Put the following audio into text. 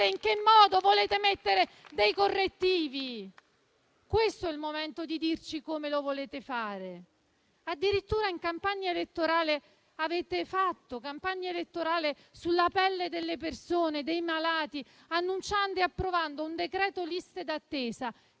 in che modo volete mettere dei correttivi. Questo è il momento di dirci come lo volete fare. Avete fatto addirittura campagna elettorale sulla pelle delle persone e dei malati, annunciando e approvando un decreto liste d'attesa,